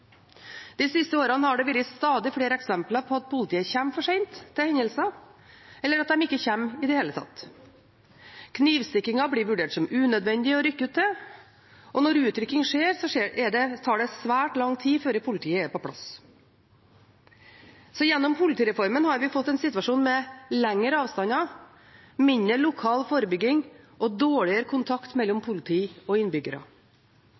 De siste årene har det vært stadig flere eksempler på at politiet kommer for sent til hendelser, eller at de ikke kommer i det hele tatt. Knivstikkinger blir vurdert som unødvendig å rykke ut til, og når utrykking skjer, tar det svært lang tid før politiet er på plass. Så gjennom politireformen har vi fått en situasjon med lengre avstander, mindre lokal forebygging og dårligere kontakt mellom politi og innbyggere.